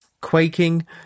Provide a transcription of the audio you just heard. Quaking